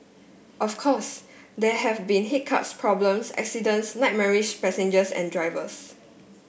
of course there have been hiccups problems accidents nightmarish passengers and drivers